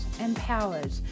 empowered